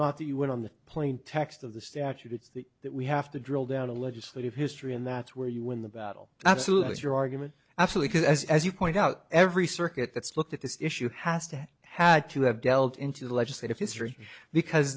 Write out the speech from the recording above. not that you went on the plain text of the statute it's the that we have to drill down a legislative history and that's where you win the battle absolutely your argument absolutely as you point out every circuit that's looked at this issue has to had to have delved into the legislative history because